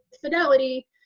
fidelity